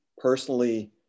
Personally